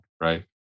Right